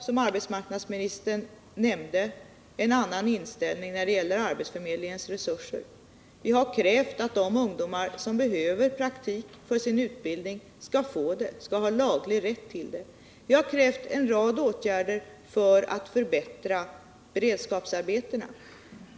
Som arbetsmarknadsministern nämnde har vi en annan inställning när det gäller arbetsförmedlingens resurser. Vi har krävt att de ungdomar som behöver praktik för sin utbildning skall ha laglig rätt till sådan. Vi har krävt en rad åtgärder för att förbättra beredskapsarbetena.